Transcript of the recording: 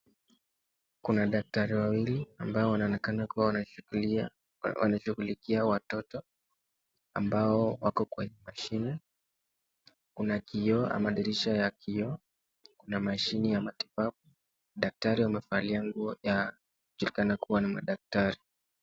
Kuna daktari wawili ambao wanaonekana kuwa wanashughulikia watoto ambao wako kwenye mashine. Kuna kioo ama dirisha ya kioo, kuna mashine ya matibabu. Daktari amevalia nguo inayojulikana kuwa ya madaktari.